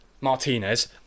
Martinez